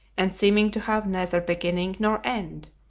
and seeming to have neither beginning nor end,